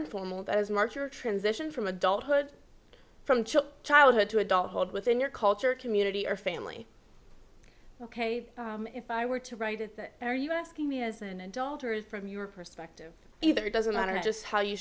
informal those marks are a transition from adulthood from childhood to adulthood within your culture community or family ok if i were to write it that are you asking me as an adult from your perspective either it doesn't matter just how you